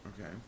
Okay